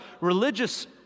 religious